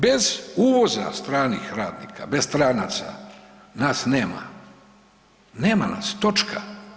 Bez uvoza stranih radnika, bez stranaca nas nema, nema nas točka.